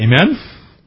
Amen